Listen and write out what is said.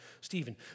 Stephen